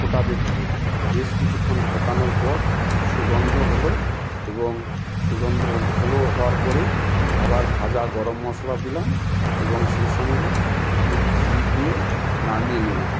ফোটাতে থাকলাম বেশ কিছুক্ষণ ফোটানোর পর সুগন্ধ হলো এবং সুগন্ধ হলো হওয়ার পরে আবার ভাজা গরম মশলা দিলাম এবং সেই সঙ্গে একটু ঘি দিয়ে নামিয়ে নিলাম